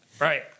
Right